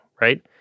right